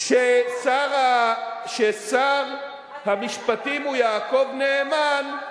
כששר המשפטים הוא יעקב נאמן,